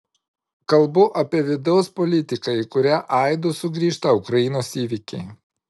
kalbu apie vidaus politiką į kurią aidu sugrįžta ukrainos įvykiai